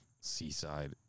Seaside